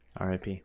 RIP